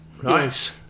Nice